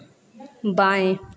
बाएँ